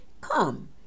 come